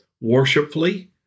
worshipfully